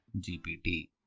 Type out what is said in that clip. GPT